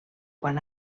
quan